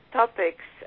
topics